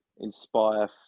inspire